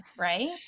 right